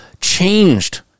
changed